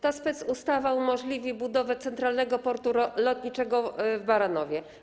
Ta specustawa umożliwi budowę centralnego portu lotniczego w Baranowie.